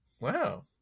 Wow